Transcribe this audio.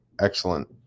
Excellent